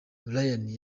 ryan